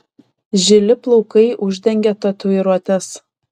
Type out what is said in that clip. žili plaukai uždengė tatuiruotes